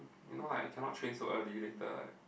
you know what I cannot train so early later